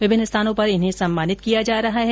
विभिन्न स्थानों पर इन्हें सम्मानित भी किया जा रहा है